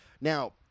Now